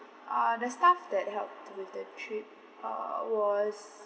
uh the staff that helped with the trip uh was